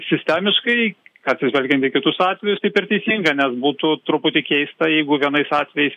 sistemiškai atsižvelgiant į kitus atvejus taip ir teisinga nes būtų truputį keista jeigu vienais atvejais